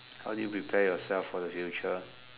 how do you prepare yourself for the future